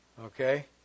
Okay